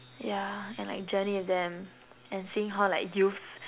yeah and like journey with them and seeing how like youths